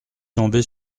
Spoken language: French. tomber